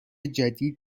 جدید